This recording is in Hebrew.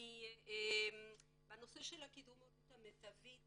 בנושא קידום הורות מיטבית